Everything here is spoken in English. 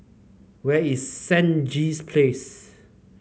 where is Stangee Place